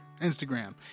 Instagram